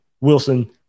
Wilson